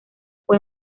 fue